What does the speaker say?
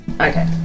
Okay